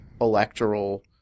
electoral